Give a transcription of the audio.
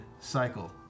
cycle